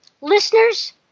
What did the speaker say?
Listeners